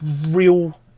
real